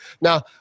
Now